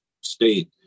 State